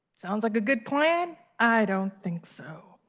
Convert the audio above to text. sounds like a good plan? i don't think so.